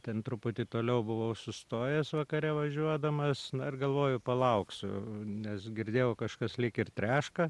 ten truputį toliau buvau sustojęs vakare važiuodamas na ir galvoju palauksiu nes girdėjau kažkas lyg ir treška